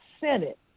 Senate